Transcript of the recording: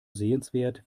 sehenswert